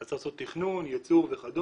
אתה צריך לעשות תכנון, ייצור וכדומה.